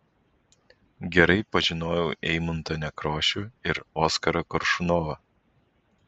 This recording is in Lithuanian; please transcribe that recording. gerai pažinojau eimuntą nekrošių ir oskarą koršunovą